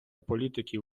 політиків